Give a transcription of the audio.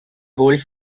holds